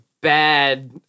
bad